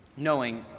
knowing